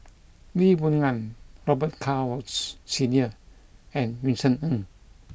Lee Boon Ngan Robet Carr Woods Senior and Vincent Ng